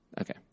okay